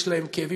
יש להם כאבים,